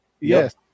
Yes